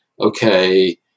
okay